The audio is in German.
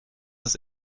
ist